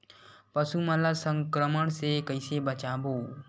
पशु मन ला संक्रमण से कइसे बचाबो?